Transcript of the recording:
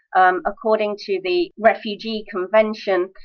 um according to the refugee convention,